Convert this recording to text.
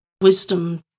wisdom